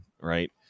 right